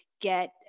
get